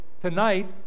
tonight